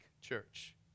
church